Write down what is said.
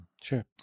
Sure